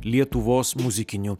lietuvos muzikiniu